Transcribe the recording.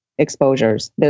exposures